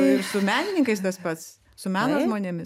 ir su menininkais tas pats su meno žmonėmis